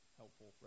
helpful